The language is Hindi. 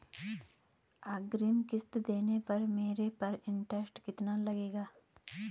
अग्रिम किश्त देने पर मेरे पर इंट्रेस्ट कितना लगेगा?